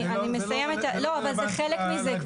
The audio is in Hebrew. זה לא רלוונטי לדיון.